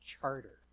charter